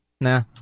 Nah